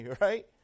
right